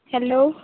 hello